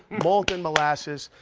molten molasses,